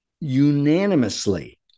unanimously